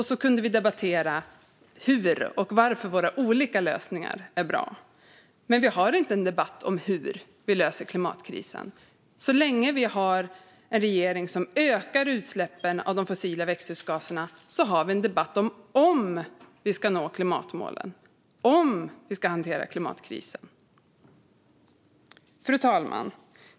Då kunde vi debattera hur och varför våra olika lösningar är bra. Men vi har inte en debatt om hur vi löser klimatkrisen. Så länge vi har en regering som ökar utsläppen av de fossila växthusgaserna har vi en debatt om vi ska nå klimatmålen och om vi ska hantera klimatkrisen. Fru talman!